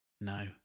No